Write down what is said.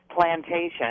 plantation